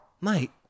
mate